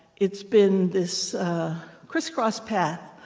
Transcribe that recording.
it's been this crisscross path,